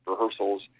rehearsals